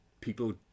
People